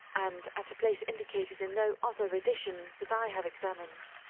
and at a place indicated in no other edition that i have examined.